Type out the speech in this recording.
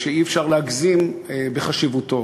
כשאי-אפשר להגזים בחשיבותו